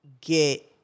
get